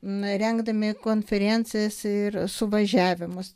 na rengdami konferencijas ir suvažiavimus